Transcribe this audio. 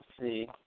see